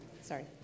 sorry